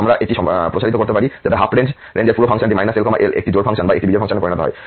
আমরা এটি প্রসারিত করতে পারি যাতে রেঞ্জের পুরো ফাংশনটি L Lএকটি জোড় ফাংশন বা একটি বিজোড় ফাংশনে পরিণত হয়